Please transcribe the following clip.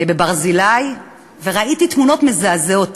בברזילי, וראיתי תמונות מזעזעות.